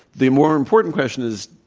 the more important question is,